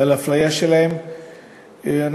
ועל אפליה שלהם אנחנו,